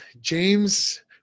James